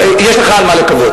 יש לך על מה לקוות.